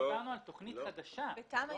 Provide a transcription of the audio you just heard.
בתמ"א,